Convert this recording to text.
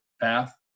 path